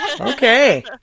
Okay